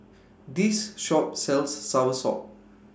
This Shop sells Soursop